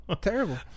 terrible